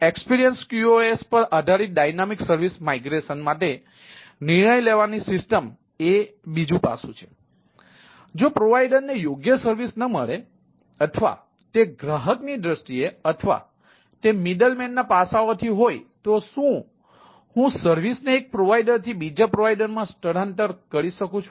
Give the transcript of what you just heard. તેથી જો પ્રોવાઇડરને યોગ્ય સર્વિસ ન મળે અથવા તે ગ્રાહકની દૃષ્ટિએ અથવા તે મિડલ વેરના પાસાઓથી હોય તો શું હું સર્વિસને એક પ્રોવાઇડરથી બીજા પ્રોવાઇડરમાં સ્થળાંતર કરી શકું છું